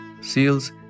seals